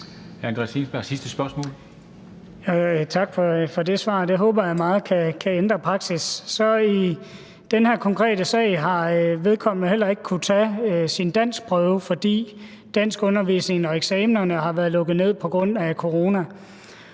Tak for det svar. Det håber jeg meget kan ændre praksis. I den her konkrete sag har vedkommende jo heller ikke kunnet tage sin danskprøve, fordi danskundervisningen og eksamenerne har været lukket ned på grund af corona.